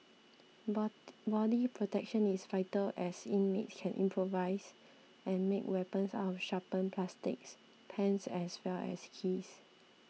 but body protection is vital as inmates can improvise and make weapons out of sharpened plastics pens as well as keys